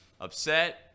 upset